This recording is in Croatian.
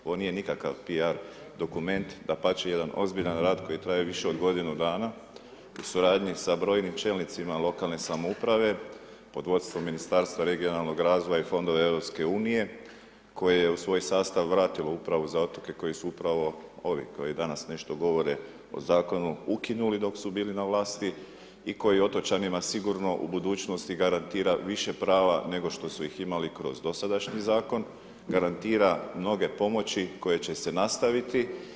Ovo nije nikakav P.R. dokument, dapače jedan ozbiljan rad koji traje više od godinu dana, u suradnji s brojnim čelnicima lokalne samouprave, pod vodstvom Ministarstva regionalnog razvoja i EU, koji je u svoj sastav vratio upravo za otoke, koji su upravo, ovi, koji danas nešto govore o zakonu, ukinuli dok su bili na vlasti i koji otočanima, sigurno u budućnosti garantira više prava, nego što su ih imali kroz dosadašnji zakon, garantira mnoge pomoći koje će se nastaviti.